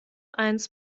eins